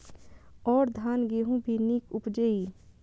और धान गेहूँ भी निक उपजे ईय?